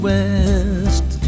West